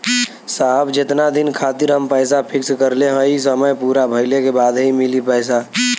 साहब जेतना दिन खातिर हम पैसा फिक्स करले हई समय पूरा भइले के बाद ही मिली पैसा?